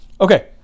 Okay